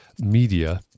media